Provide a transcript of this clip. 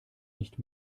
nicht